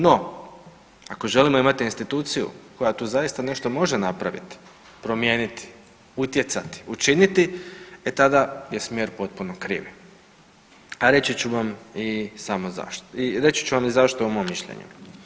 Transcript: No, ako želim imati instituciju koja tu zaista nešto može napraviti, promijeniti, utjecati, učiniti, e tada je smjer potpuno krivi, a reći ću vam i samo zašto, i reći ću vam i zašto ovo moje mišljenje.